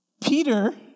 Peter